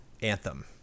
Anthem